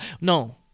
no